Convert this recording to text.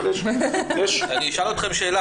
אבל יש --- אני אשאל שאלה.